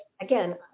again